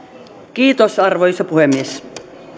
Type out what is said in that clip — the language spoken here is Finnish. kiitos arvoisa puhemies